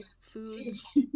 foods